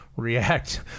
react